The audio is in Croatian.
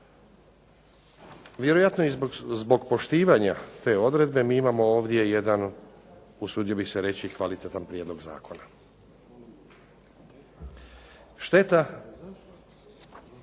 Vjerojatno i zbog poštivanja te odredbe mi imamo ovdje jedan, usudio bih se reći, kvalitetan prijedlog zakona. Šteta